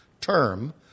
term